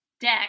Deck